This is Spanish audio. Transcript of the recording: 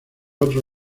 otro